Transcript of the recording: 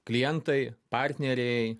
klientai partneriai